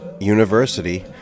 university